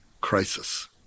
crisis